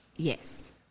Yes